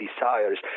desires